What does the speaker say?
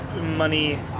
money